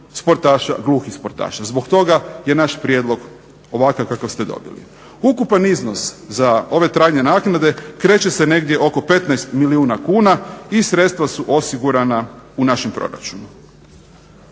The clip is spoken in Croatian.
sportaša, gluhih sportaša. Zbog toga je naš prijedlog ovakav kakav ste dobili. Ukupan iznos za ove trajne naknade kreće se negdje oko 15 milijuna kuna i sredstva su osigurana u našem proračunu.